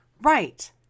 right